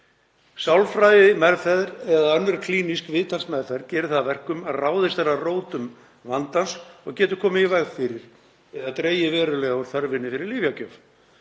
Sálfræðimeðferð eða önnur klínísk viðtalsmeðferð gerir það að verkum að ráðist er að rótum vandans og getur komið í veg fyrir eða dregið verulega úr þörfinni fyrir lyfjagjöf.